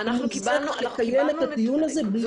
אנחנו קיבלנו לפני